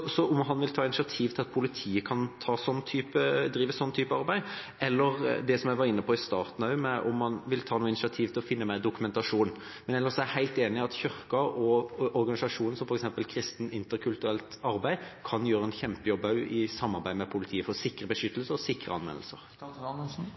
Vil statsråden ta initiativ til at politiet kan drive en sånn type arbeid? Vil han – som jeg også var inne på i starten – ta initiativ til å finne mer dokumentasjon? Ellers er jeg helt enig i at Kirken og organisasjoner som f.eks. Kristent Interkulturelt Arbeid kan gjøre en kjempejobb også i samarbeid med politiet, for sikre beskyttelse og sikre